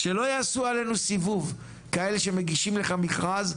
שלא יעשו עלינו סיבוב כאלה שמגישים לך מכרז,